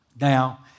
Now